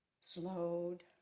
slowed